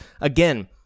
Again